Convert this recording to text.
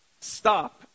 Stop